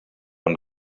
und